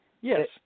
yes